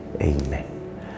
Amen